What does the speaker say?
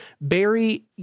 Barry